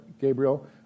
Gabriel